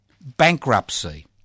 bankruptcy